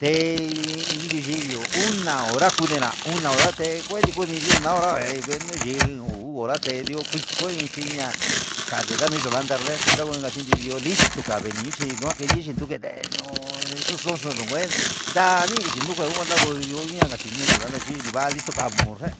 te'í, indi xhindiu una hora kudena una hora nde'e, diyuu una hora deinde, yii ndiu horaté ndii kuiko ndichiya kandii ndame yolanda nré kuenka nachidi listo kavinichi ndu ndiji nochini ne'e no'o xo'oxo ndongue ndanii chi nda ndajundoió naka chi ndio naranka xhi va'a listo cavo'o nre'e.